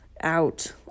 out